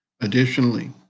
Additionally